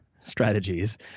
strategies